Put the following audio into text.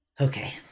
Okay